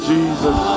Jesus